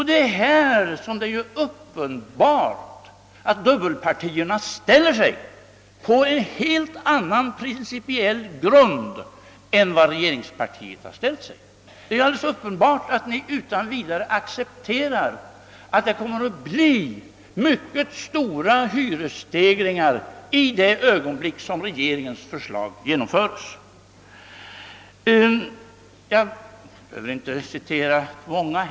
Det är i detta sammanhang uppenbart att dubbelpartierna ställer sig på en helt annan principiell grund än regeringspartiet gjort. Det är också alldeles uppenbart att ni utan vidare accepterar att hyresstegringarna kommer att bli mycket stora i det ögonblick regeringens förslag skulle genomföras. Jag behöver inte anföra många citat.